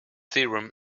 theorem